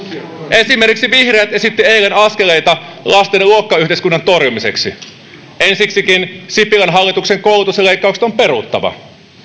esimerkiksi vihreät esittivät eilen askeleita lasten luokkayhteiskunnan torjumiseksi ensiksikin sipilän hallituksen koulutusleikkaukset on peruttava